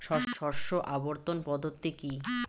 শস্য আবর্তন পদ্ধতি কি?